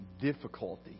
difficulty